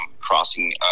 crossing